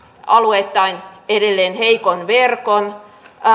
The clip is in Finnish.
alueittain edelleen heikon verkon